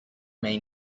may